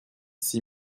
six